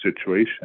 situation